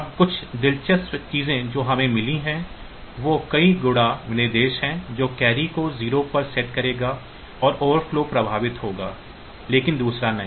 अब कुछ दिलचस्प चीजें जो हमें मिली हैं वह कई गुणा निर्देश है जो कैरी को 0 पर सेट करेगा और ओवरफ्लो प्रभावित होगा लेकिन दूसरा नहीं